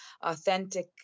authentic